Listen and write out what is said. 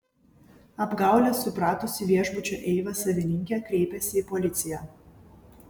apgaulę supratusi viešbučio eiva savininkė kreipėsi į policiją